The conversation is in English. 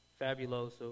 Fabuloso